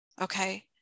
okay